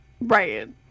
right